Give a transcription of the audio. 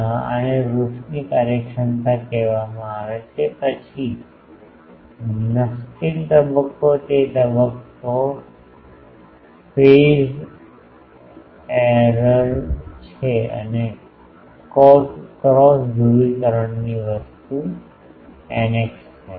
આને રોશની કાર્યક્ષમતા કહેવામાં આવે છે પછી ન સ્થિર તબક્કો એ તબક્કો ફેજ એરર એફિસિએંસી છે અને ક્રોસ ધ્રુવીકરણવાળી વસ્તુ ηx છે